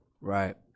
Right